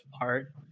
art